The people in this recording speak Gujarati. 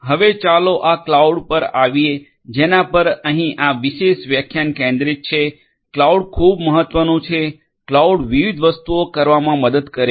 હવે ચાલો આ ક્લાઉડ પર આવીએ જેના પર અહીં આ વિશેષ વ્યાખ્યાન કેન્દ્રિત છે ક્લાઉડ ખૂબ મહત્વનું છે ક્લાઉડ વિવિધ વસ્તુઓ કરવામાં મદદ કરે છે